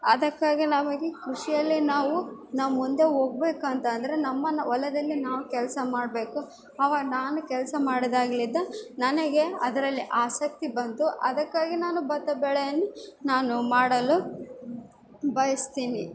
ಅದಕ್ಕಾಗಿ ನಮಗೆ ಕೃಷಿಯಲ್ಲಿ ನಾವು ನಾವು ಮುಂದೆ ಹೋಗ್ಬೇಕಂತಂದ್ರೆ ನಮ್ಮನ್ನು ಹೊಲದಲ್ಲಿ ನಾವು ಕೆಲಸ ಮಾಡಬೇಕು ಅವಾಗ ನಾನೆ ಕೆಲಸ ಮಾಡಿದಾಗ್ಲಿದ್ದ ನನಗೆ ಅದರಲ್ಲಿ ಆಸಕ್ತಿ ಬಂತು ಅದಕ್ಕಾಗಿ ನಾನು ಬತ್ತ ಬೆಳೆಯನ್ನು ನಾನು ಮಾಡಲು ಬಯಸ್ತೀನಿ